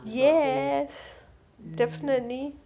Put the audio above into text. yes definitely